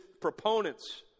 proponents